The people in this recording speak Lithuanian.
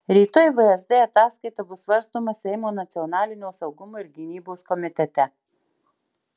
rytoj vsd ataskaita bus svarstoma seimo nacionalinio saugumo ir gynybos komitete